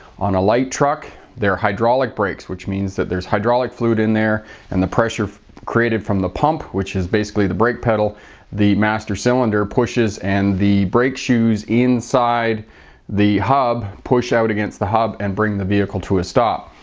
on a light truck they're hydraulic brakes, which means that there's hydraulic fluid in there and the pressure created from the pump, which is basically the brake pedal the master cylinder pushes and the brake shoes inside the hub push out against the hub and bring the vehicle to a stop.